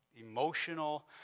emotional